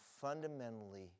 fundamentally